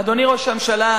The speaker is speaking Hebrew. אדוני ראש הממשלה,